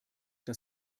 dass